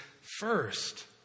first